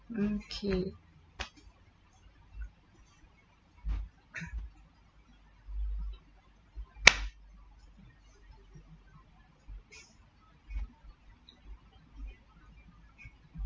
okay